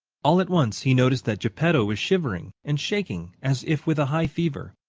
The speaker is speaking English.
all at once he noticed that geppetto was shivering and shaking as if with a high fever.